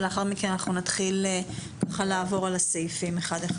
ולאחר מכן נתחיל לעבור על הסעיפים, אחד-אחד.